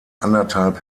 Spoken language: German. anderthalb